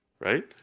Right